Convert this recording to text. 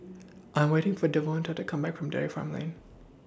I'm waiting For Devonta to Come Back from Dairy Farm Lane